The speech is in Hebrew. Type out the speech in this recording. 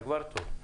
זה כבר טוב.